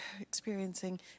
experiencing